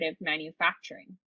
manufacturing